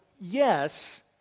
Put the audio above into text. Yes